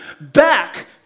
back